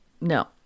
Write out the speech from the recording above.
no